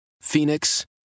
Phoenix